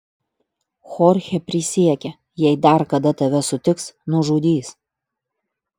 chorchė prisiekė jei dar kada tave sutiks nužudys